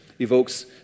evokes